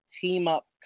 team-up